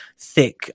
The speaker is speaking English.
thick